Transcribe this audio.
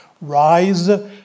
Rise